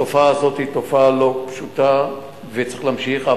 התופעה הזאת היא תופעה לא פשוטה, וצריך להמשיך.